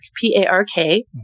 P-A-R-K